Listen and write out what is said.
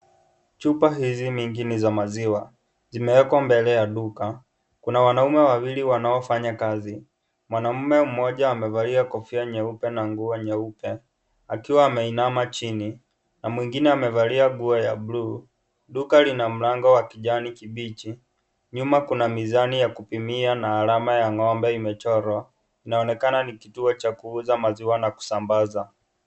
Chupa hizi mingi ni za maziwa, zimewekwa mbele ya duka, kuna wanaume wawili wanaofanya kazi, mwanaume mmoja amevalia kofia nyeupe na nguo nyeupe, akiwa ameinama chini, na mwingine amevalia nguo ya(cs)blue(cs), duka lina mlango wa kijani kibichi, nyuma kuna mizani ya kupimia na alama ya ngombe imechorwa, inaonekana ni kituo cha kuuza maziwa na kusambaza.